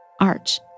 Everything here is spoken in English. arch